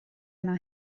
yna